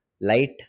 light